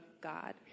God